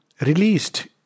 released